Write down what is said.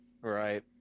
Right